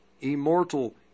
immortal